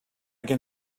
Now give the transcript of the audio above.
can